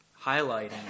highlighting